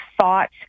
thought